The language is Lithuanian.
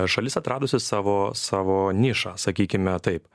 šalis atradusi savo savo nišą sakykime taip